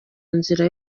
nzira